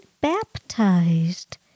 baptized